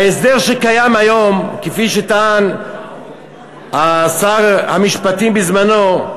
ההסדר שקיים היום, כפי שטען שר המשפטים בזמנו,